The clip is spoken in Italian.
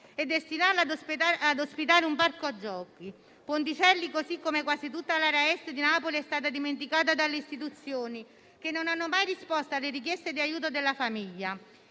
e destinarlo a ospitare un parco giochi. Ponticelli, così come quasi tutta l'area Est di Napoli, è stata dimenticata dalle istituzioni, che non hanno mai risposto alle richieste di aiuto della famiglia.